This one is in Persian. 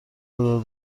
دار